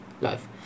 life